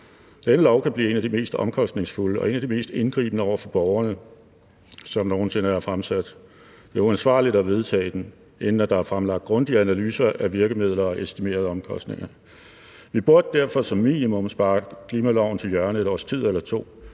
Denne lov kan blive en af de mest omkostningsfulde og en af de mest indgribende over for borgerne, som nogen sinde er fremsat. Det er uansvarligt at vedtage den, inden der er fremlagt grundige analyser af virkemidler og estimerede omkostninger. Vi burde derfor som minimum sparke klimaloven til hjørne et års tid eller to,